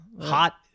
Hot